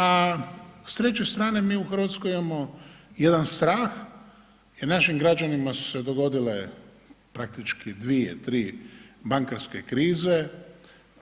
A s treće strane mi u Hrvatskoj imamo jedan strah jel našim građanima su se dogodile dvije, tri bankarske krize,